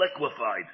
liquefied